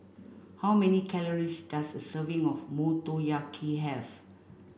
how many calories does a serving of Motoyaki have